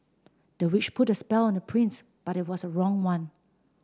the witch put a spell on the prince but it was the wrong one